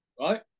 Right